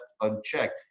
unchecked